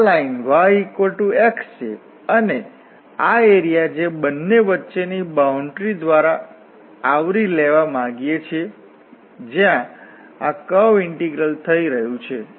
આ line y x છે અને આ એરિયા જે બંને વચ્ચેની બાઉન્ડરી દ્વારા આવરી લેવા માંગીએ છીએ જ્યાં આ કર્વ ઇન્ટીગ્રલ થઈ રહ્યું છે